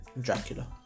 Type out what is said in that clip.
Dracula